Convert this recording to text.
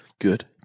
good